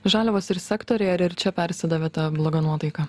žaliavos ir sektoriuje ar ir čia persidavė ta bloga nuotaika